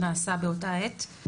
שנעשה באותה עת.